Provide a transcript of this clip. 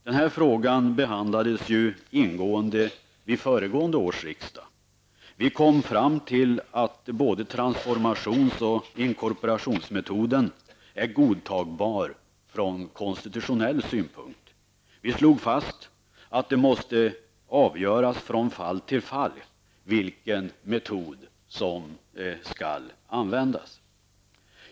Denna fråga behandlades ingående vid föregående års riksdag. Vi kom fram till att både transformations och inkorporationsmetoden är godtagbara från konstitutionell synpunkt. Vi slog fast att det måste avgöras från fall till fall vilken metod som skall användas.